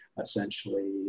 essentially